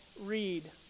read